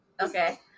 Okay